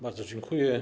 Bardzo dziękuję.